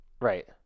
Right